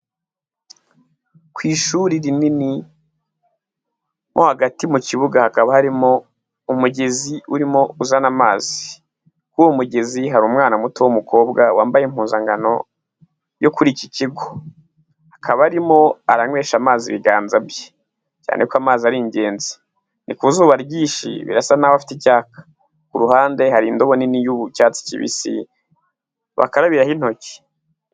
ku ishuri rinini nko hagati mu kibuga hakaba harimo umugezi urimo uzana amazi k' uwo mugezi hari umwana muto w'umukobwa wambaye impuzankano yo kuri iki kigo akaba arimo aranywesha amazi ibiganza bye cyane ko amazi ari ingenzi, ni ku zuba ryinshi birasa n'aho afite icyaka kuruhande hari indobo nini y'icyatsi kibisi bakarabiraho intoki.